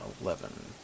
Eleven